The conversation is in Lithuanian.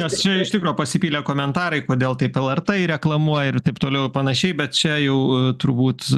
nes čia iš tikro pasipylė komentarai kodėl taip el er tė jį reklamuoja ir taip toliau ir panašiai bet čia jau turbūt